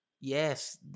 Yes